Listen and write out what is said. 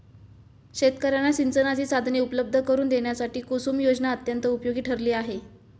शेतकर्यांना सिंचनाची साधने उपलब्ध करून देण्यासाठी कुसुम योजना अत्यंत उपयोगी ठरली आहे